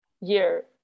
year